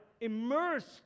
immersed